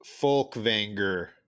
Folkvanger